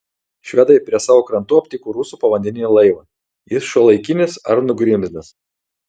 švedai prie savo krantų aptiko rusų povandeninį laivą jis šiuolaikinis ar nugrimzdęs